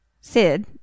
Sid